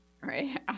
Right